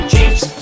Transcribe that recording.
Jeeps